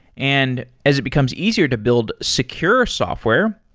and as it becomes easier to build secure software,